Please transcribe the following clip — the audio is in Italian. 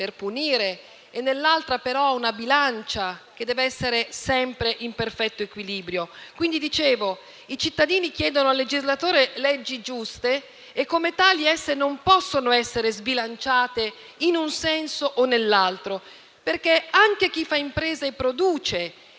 per punire e nell'altra ha però una bilancia che deve essere sempre in perfetto equilibrio. Come dicevo, i cittadini chiedono al legislatore leggi giuste e come tali esse non possono essere sbilanciate in un senso o nell'altro, perché anche chi fa impresa e produce,